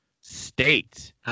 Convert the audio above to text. State